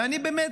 ואני באמת